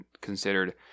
considered